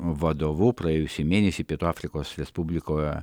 vadovu praėjusį mėnesį pietų afrikos respublikoje